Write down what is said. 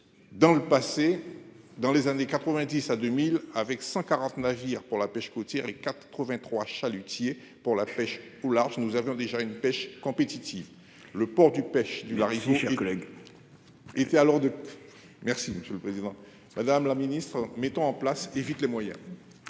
Dans le passé. Dans les années 90 à 2000 avec 140 navires pour la pêche côtière et 83 chalutiers pour la pêche au large. Nous avions déjà une pêche compétitive. Le port du pêche du Larivot, chers collègues. Était alors de. Merci, monsieur le Président Madame la Ministre mettons en place et vite les moyens.--